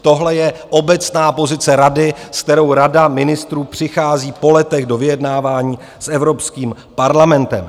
Tohle je obecná pozice Rady, s kterou Rada ministrů přichází po letech do vyjednávání s Evropským parlamentem.